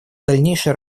дальнейшей